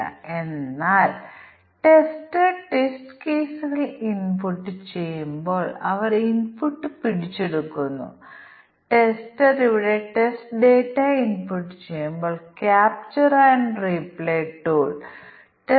അതിനാൽ ഇവിടെ പ്രവർത്തനങ്ങളുണ്ട് ഒന്ന് ഇൻപുട്ട് മൂല്യത്തെയും പേയ്മെന്റ് രീതിയെയും ആശ്രയിച്ച് ബാധകമായ ഡിസ്കൌണ്ട് എന്താണ് അതിനാൽ ഇവ രണ്ടും പാരാമീറ്ററുകൾ വാങ്ങൽ തുകയും പേയ്മെന്റ് രീതിയും എന്താണ്